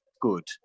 good